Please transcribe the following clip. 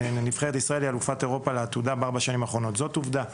זאת עובדה.